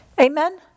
Amen